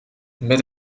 met